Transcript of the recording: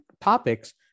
topics